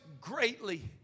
greatly